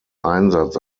einsatz